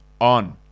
on